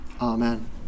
Amen